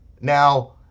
Now